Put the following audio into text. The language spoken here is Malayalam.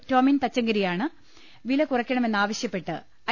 ടോമിൻ തച്ചങ്കരിയാണ് പ്രില കുറയ്ക്കണമെന്നാവശ്യപ്പെട്ട് ഐ